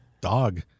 dog